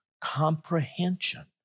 comprehension